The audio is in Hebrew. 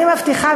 אני מבטיחה,